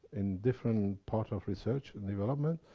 in different parts of research and development.